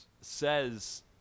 says